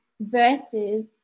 versus